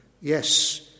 Yes